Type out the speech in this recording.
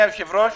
אבל הוסיפו כאן: